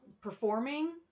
performing